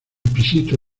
pisito